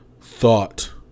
thought